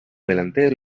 delantero